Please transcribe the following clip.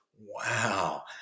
Wow